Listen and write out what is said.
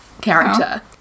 character